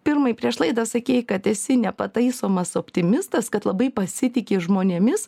pirmai prieš laidą sakei kad esi nepataisomas optimistas kad labai pasitiki žmonėmis